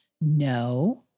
No